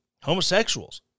homosexuals